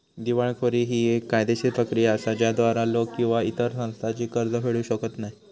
दिवाळखोरी ही येक कायदेशीर प्रक्रिया असा ज्याद्वारा लोक किंवा इतर संस्था जी कर्ज फेडू शकत नाही